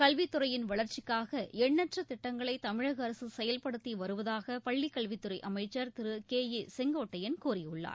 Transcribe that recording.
கல்வித் துறையின் வளர்ச்சிக்காக எண்ணற்ற திட்டங்களை தமிழக அரசு செயல்படுத்தி வருவதாக பள்ளி கல்வித் துறை அமைச்சர் திரு கே ஏ செங்கோட்டையன் கூறியுள்ளார்